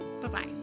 bye-bye